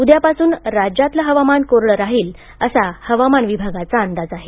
उद्यापासून राज्यातील हवामान कोरडे राहील असा हवामान विभागाचा अंदाज आहे